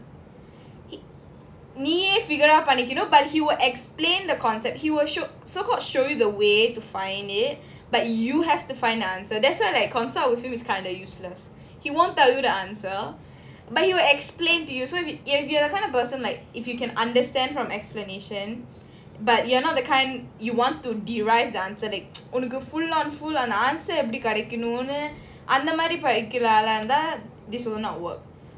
நீனே:neene figure out பண்ணிக்கணும்:pannikanum no but he will explain the concept he will so called show you the way to find it but you have to find the answer that's why like consult with him is kind of useless he won't tell you the answer but he will explain to you so if you are the kind of person like if you can understand from explanation but you are not the kind you want to derive the explanation உனக்கு:unaku answer எப்படிகெடைக்கணும்னுஅந்தமாதிரிபடிக்குறஆளாஇருந்தா:epdi kedaikanumnu andha madhiri padikura aala iruntha this will not work